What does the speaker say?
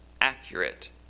accurate